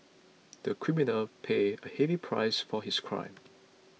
the criminal paid a heavy price for his crime